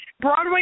Broadway